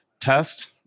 Test